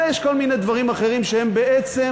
אלא יש כל מיני דברים אחרים שהם בעצם